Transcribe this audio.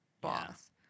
boss